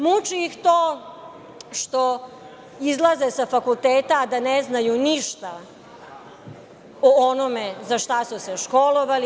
Muči ih to što izlaze sa fakulteta da ne znaju ništa o onome za šta su se školovali.